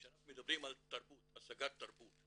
כשאנחנו מדברים על השגת תרבות,